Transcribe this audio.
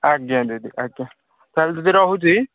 ଆଜ୍ଞା ଦିଦି ଆଜ୍ଞା ତାହେଲେ ଦିଦି ରହୁଛି